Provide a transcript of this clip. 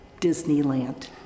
Disneyland